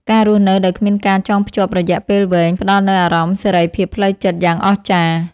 ការរស់នៅដោយគ្មានការចងភ្ជាប់រយៈពេលវែង ផ្តល់នូវអារម្មណ៍សេរីភាពផ្លូវចិត្តយ៉ាងអស្ចារ្យ។